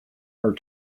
her